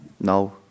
no